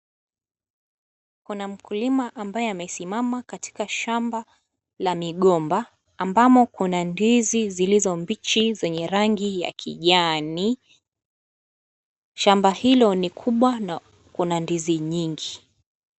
Kuna mkulima ambaye amesimama katika shamba la migomba, ambamo kuna ndizi zilizombichi zenye rangi ya kijani, shamba hilo ni kubwa na kuna ndizi nyingi.